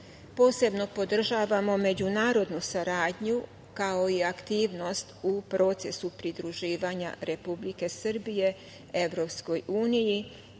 podržavamo međunarodnu saradnju, kao i aktivnost u procesu pridruživanja Republike Srbije EU